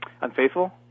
Unfaithful